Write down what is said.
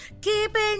keeping